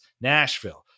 Nashville